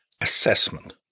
assessment